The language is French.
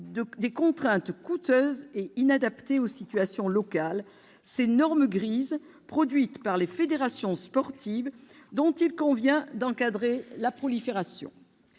des contraintes coûteuses et inadaptées aux situations locales, ces « normes grises » produites par les fédérations sportives et dont il convient d'encadrer la prolifération.